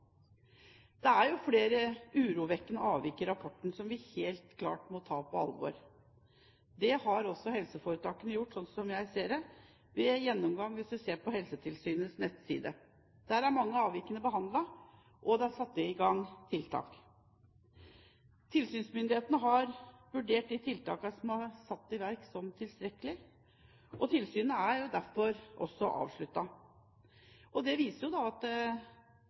Det er flere urovekkende avvik i rapporten, som vi helt klart må ta på alvor. Det har også helseforetakene gjort, slik jeg ser det, og ved en gjennomgang av Helsetilsynets nettside kan man se at mange av avvikene er behandlet, og at det er satt i gang tiltak. Tilsynsmyndighetene har vurdert de tiltakene som er satt i verk, som tilstrekkelige, og tilsynet er derfor også avsluttet. Det viser